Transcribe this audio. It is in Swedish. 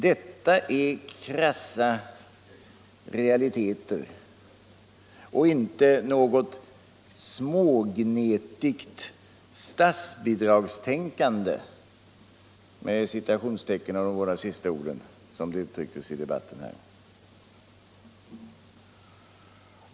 Detta är krassa realiteter och inte något ”smågnetigt statsbidragstänkande”, som det har sagts i debatten.